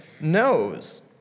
knows